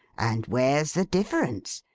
and where's the difference?